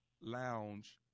lounge